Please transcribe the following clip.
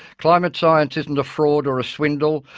climate science isn't a fraud or a swindle,